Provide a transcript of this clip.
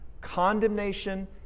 condemnation